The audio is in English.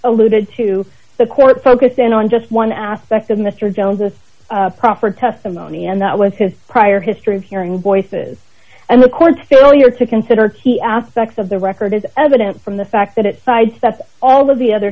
alluded to the court focused in on just one aspect of mr jones's proffered testimony and that was his prior history of hearing voices and the court's failure to consider te aspects of the record is evident from the fact that it sidesteps all of the other